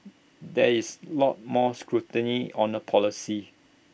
there is lot more scrutiny on the policy